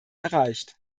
erreicht